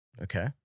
Okay